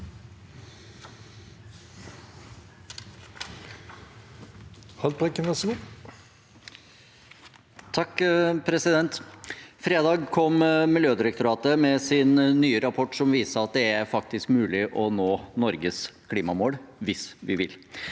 På fredag kom Miljødirektoratet med sin nye rapport som viser at det faktisk er mulig å nå Norges klimamål hvis vi vil.